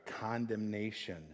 condemnation